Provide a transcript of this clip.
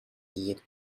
yet